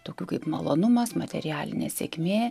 tokių kaip malonumas materialinė sėkmė